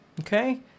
okay